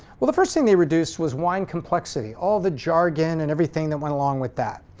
well, the first thing they reduced was wine complexity all the jargon, and everything that went along with that.